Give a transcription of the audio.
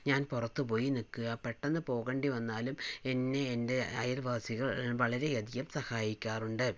പുറത്ത് പോയി നിൽക്കുക പെട്ടന്ന് പോകണ്ടി വന്നാലും എന്നെ എൻ്റെ അയൽവാസികൾ വളരെയധികം സഹായിക്കാറുണ്ട്